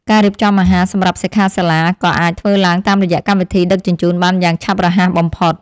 ការរៀបចំអាហារសម្រាប់សិក្ខាសាលាក៏អាចធ្វើឡើងតាមរយៈកម្មវិធីដឹកជញ្ជូនបានយ៉ាងឆាប់រហ័សបំផុត។